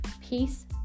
peace